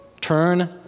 Turn